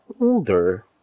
older